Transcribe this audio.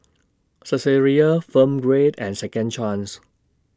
Saizeriya Film Grade and Second Chance